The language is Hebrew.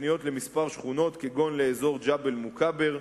תוכניות לכמה שכונות כגון לאזור ג'בל-מוכבר,